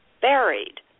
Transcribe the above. buried